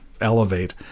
elevate